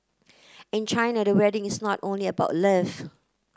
in China the wedding is not only about love